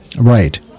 right